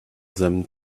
them